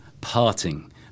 parting